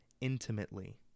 intimately